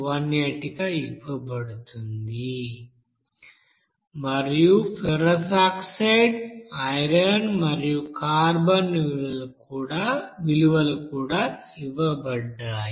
18 గా ఇవ్వబడుతుంది మరియు ఫెర్రస్ ఆక్సైడ్ ఐరన్ మరియు కార్బన్ విలువలు కూడా ఇవ్వబడ్డాయి